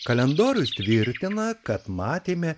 kalendorius tvirtina kad matėme